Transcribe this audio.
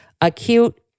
Acute